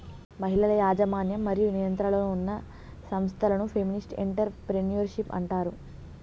మహిళల యాజమాన్యం మరియు నియంత్రణలో ఉన్న సంస్థలను ఫెమినిస్ట్ ఎంటర్ ప్రెన్యూర్షిప్ అంటారు